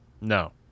No